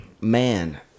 man